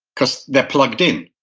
because they're plugged in,